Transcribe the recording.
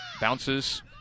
Bounces